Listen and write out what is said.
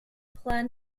plan